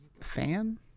Fan